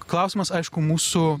klausimas aišku mūsų